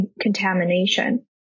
contamination